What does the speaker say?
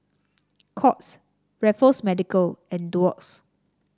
Courts Raffles Medical and Doux